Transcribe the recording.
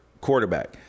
quarterback